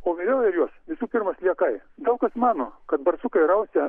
o vilioja juos visų pirma sliekai daug kas mano kad barsukai rausia